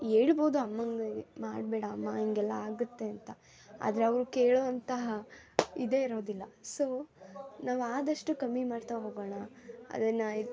ಹೇಳ್ಬೋದು ಅಮ್ಮಂದಿರಿಗೆ ಮಾಡಬೇಡ ಅಮ್ಮ ಹಿಂಗೆಲ್ಲ ಆಗುತ್ತೆ ಅಂತ ಆದರೆ ಅವರು ಕೇಳುವಂತಹ ಇದೇ ಇರೋದಿಲ್ಲ ಸೋ ನಾವು ಆದಷ್ಟು ಕಮ್ಮಿ ಮಾಡ್ತಾ ಹೋಗೋಣ ಅದನ್ನು